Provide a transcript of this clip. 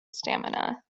stamina